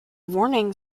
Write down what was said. warning